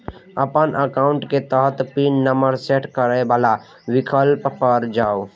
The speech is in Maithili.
अपन एकाउंट के तहत पिन नंबर सेट करै बला विकल्प पर जाउ